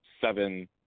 seven